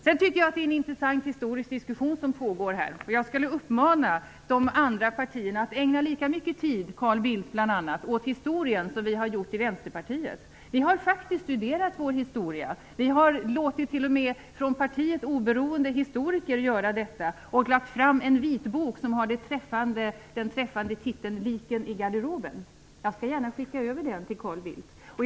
Jag tycker att det är en intressant historisk diskussion som pågår här. Jag skulle vilja uppmana de andra partierna, och bl.a. Carl Bildt, att ägna lika mycket tid åt historien som vi i Vänsterpartiet har gjort. Vi har faktiskt studerat vår historia. Vi har t.o.m. låtit av partiet oberoende historiker göra detta och lagt fram en vitbok som har den träffande titeln Liken i garderoben. Jag skall gärna skicka över den till Carl Bildt.